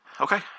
Okay